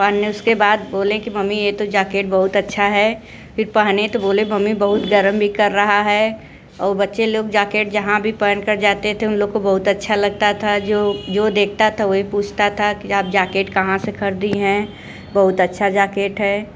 पहनने उसके बाद बोले कि मम्मी ये तो जॉकेट बहुत अच्छा है फिर पहने तो बोले मम्मी बहुत गर्म भी कर रहा है और बच्चे लोग जाकेट जहाँ भी पहनकर जाते थे उन लोग को बहुत अच्छा लगता था जो जो देखता था वही पूछता था कि आप जाकेट कहाँ से खरीदी हैं बहुत अच्छा जाकेट है